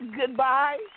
goodbye